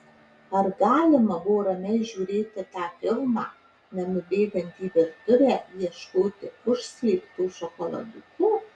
ar galima buvo ramiai žiūrėti tą filmą nenubėgant į virtuvę ieškoti užslėpto šokoladuko